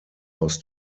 aus